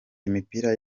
imipira